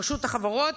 רשות החברות,